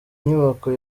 nyubako